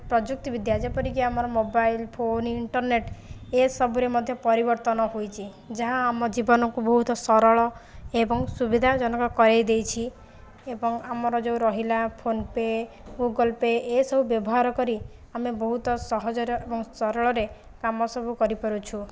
ପ୍ରଯୁକ୍ତି ବିଦ୍ୟା ଯେପରିକି ଆମର ମୋବାଇଲ ଫୋନ ଇଣ୍ଟର୍ନେଟ ଏସବୁରେ ମଧ୍ୟ ପରିବର୍ତ୍ତନ ହୋଇଛି ଯାହା ଆମ ଜୀବନକୁ ବହୁତ ସରଳ ଏବଂ ସୁବିଧା ଜନକ କରାଇ ଦେଇଛି ଏବଂ ଆମର ଯେଉଁ ରହିଲା ଫୋନ ପେ ଗୁଗୁଲ ପେ ଏ ସବୁ ବ୍ୟବହାର କରି ଆମେ ବହୁତ ସହଜରେ ଏବଂ ସରଳରେ କାମ ସବୁ କରି ପାରୁଛୁ